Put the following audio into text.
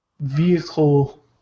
vehicle